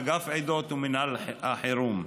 אגף עדות ומינהל החירום.